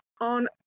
on